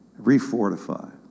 Refortify